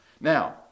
Now